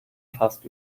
fast